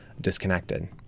disconnected